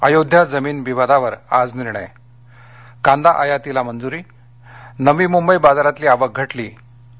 अयोध्या जमीन विवादावर आज निर्णय कांदा आयातीला मंजुरी नवी मुंबई बाजारातली आवक घटली आणि